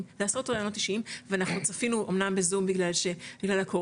לעשות ראיונות אישיים ואנחנו צפינו אמנם בזום בגלל הקורונה,